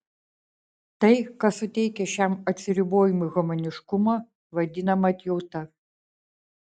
tai kas suteikia šiam atsiribojimui humaniškumo vadinama atjauta